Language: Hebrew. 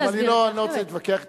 אני לא רוצה להתווכח אתך.